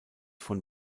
von